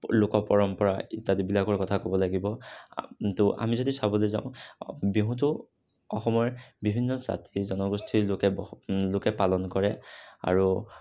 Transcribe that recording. লোক পৰম্পৰা ইত্যাদিবিলাকৰ কথা ক'ব লাগিব তো আমি যদি চাবলৈ যাওঁ বিহুটো অসমৰ বিভিন্ন জাতি জনগোষ্ঠীৰ লোকে লোকে পালন কৰে আৰু